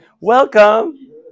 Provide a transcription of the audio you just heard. Welcome